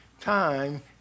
time